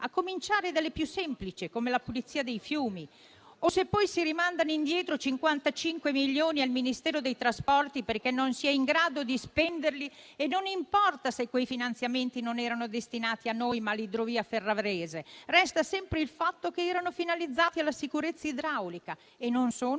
a cominciare dalle più semplici, come la pulizia dei fiumi, o se poi si rimandano indietro 55 milioni al Ministero dei trasporti, perché non si è in grado di spenderli. E non importa se quei finanziamenti non erano destinati a noi, ma all'idrovia ferrarese, resta sempre il fatto che erano finalizzati alla sicurezza idraulica e non sono